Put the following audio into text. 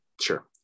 sure